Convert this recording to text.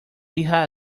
hija